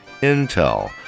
Intel